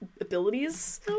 abilities